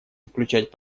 включать